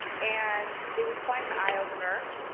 and it was quite an eye-opener.